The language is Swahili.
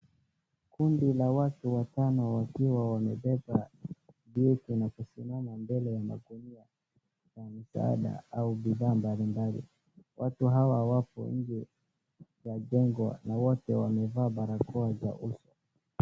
Kundi la watu watano wakiwa wamebeba vitu na kusimama mbele ya magunia ya msaada au bidhaa mbalimbali , watu hawa wako nje ya jengo na wote wamevaa barakoa za uso .